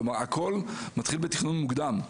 כלומר, הכל מתחיל בתכנון מוקדם.